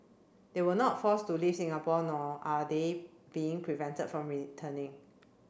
they were not forced to leave Singapore nor are they being prevented from returning